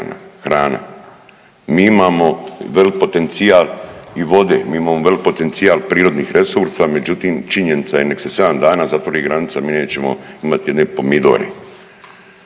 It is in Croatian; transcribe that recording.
hrana. Mi imamo veliki potencijal i vode, mi imamo velik potencijal prirodnih resursa međutim činjenica nek se 7 dana zatvori granica mi nećemo imati jedne pomidore.